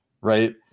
Right